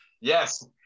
Yes